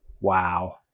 Wow